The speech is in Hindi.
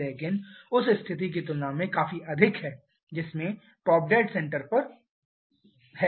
लेकिन उस स्थिति की तुलना में काफी अधिक है जिसने टॉप डेड सेंटर पर खरीदा है